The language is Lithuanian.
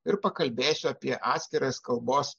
ir pakalbėsiu apie atskiras kalbos